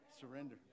Surrender